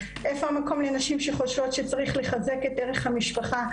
איפה המקום לנשים שחושבות שצריך לחזק את ערך המשפחה,